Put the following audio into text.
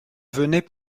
venais